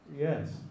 Yes